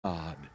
God